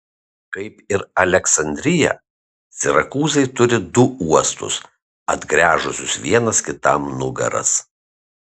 kaip ir aleksandrija sirakūzai turi du uostus atgręžusius vienas kitam nugaras